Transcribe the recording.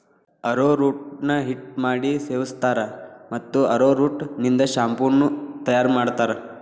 arrowroot ನ ಹಿಟ್ಟ ಮಾಡಿ ಸೇವಸ್ತಾರ, ಮತ್ತ ಅರೋರೂಟ್ ನಿಂದ ಶಾಂಪೂ ನು ತಯಾರ್ ಮಾಡ್ತಾರ